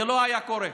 זה לא היה קורה.